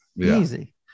easy